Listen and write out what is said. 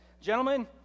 gentlemen